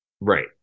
Right